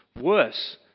worse